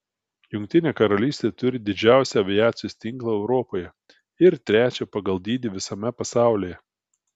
jungtinė karalystė turi didžiausią aviacijos tinklą europoje ir trečią pagal dydį visame pasaulyje